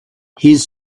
his